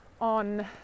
on